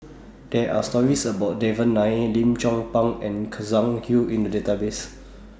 There Are stories about Devan Nair Lim Chong Pang and Hui in The Database